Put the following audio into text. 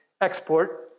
export